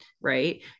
right